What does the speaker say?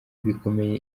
bikomeye